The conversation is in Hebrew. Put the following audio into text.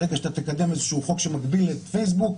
ברגע שאתה תקדם איזשהו חוק שמגביל את פייסבוק,